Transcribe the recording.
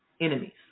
enemies